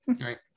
right